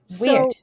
Weird